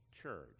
church